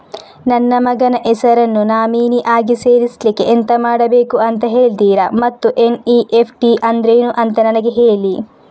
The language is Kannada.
ನನ್ನ ಮಗನ ಹೆಸರನ್ನು ನಾಮಿನಿ ಆಗಿ ಸೇರಿಸ್ಲಿಕ್ಕೆ ಎಂತ ಮಾಡಬೇಕು ಅಂತ ಹೇಳ್ತೀರಾ ಮತ್ತು ಎನ್.ಇ.ಎಫ್.ಟಿ ಅಂದ್ರೇನು ಅಂತ ನನಗೆ ಹೇಳಿ